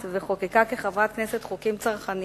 המסחר והתעסוקה לצורך סיוע בפרויקט של